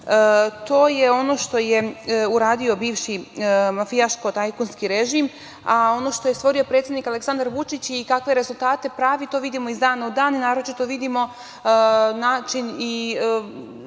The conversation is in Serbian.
je ono što je uradio bivši, mafijaško-tajkunski režim, a ono što je stvorio predsednik Aleksandar Vučić i kakve rezultate pravi to vidimo iz dana u dan, a naročito vidimo način i